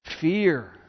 fear